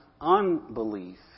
unbelief